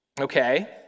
Okay